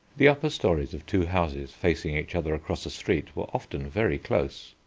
the upper storeys of two houses facing each other across a street were often very close.